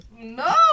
No